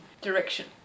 direction